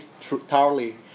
thoroughly